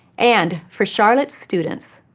and for charlotte's students,